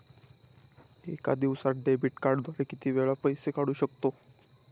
एका दिवसांत डेबिट कार्डद्वारे किती वेळा पैसे काढू शकतो?